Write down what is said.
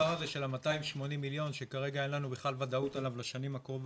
המספר הזה של 280 מיליון שכרגע אין לנו בכלל ודאות עליו לשנים הקרובות,